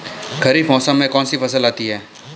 खरीफ मौसम में कौनसी फसल आती हैं?